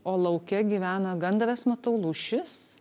o lauke gyvena gandras matau lūšis